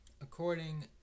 According